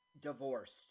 divorced